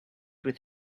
with